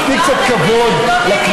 אז תני קצת כבוד לכנסת.